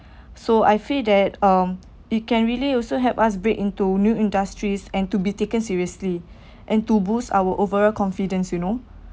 so I feel that um it can really also help us break into new industries and to be taken seriously and to boost our overall confidence you know